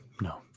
No